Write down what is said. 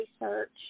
research